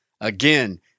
Again